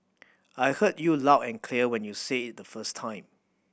I heard you loud and clear when you said it the first time